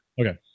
Okay